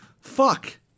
fuck